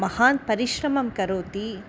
महान् परिश्रमं करोति